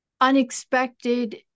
Unexpected